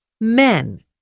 Men